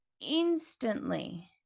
instantly